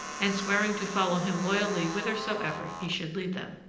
and swearing to follow him loyally whithersoever he should lead them.